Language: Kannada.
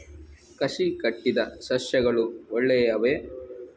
ಕಸಿ ಕಟ್ಟಿದ ಸಸ್ಯಗಳು ಒಳ್ಳೆಯವೇ?